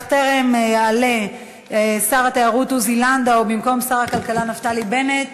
בטרם יעלה שר התיירות עוזי לנדאו במקום שר הכלכלה נפתלי בנט,